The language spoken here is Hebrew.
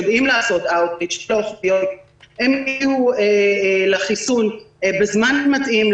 אנחנו יודעים לעשות אאוט-ריץ' לגבי מתן חיסון בזמן המתאים,